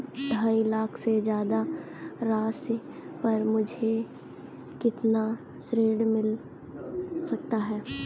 ढाई लाख से ज्यादा राशि पर मुझे कितना ऋण मिल सकता है?